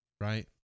right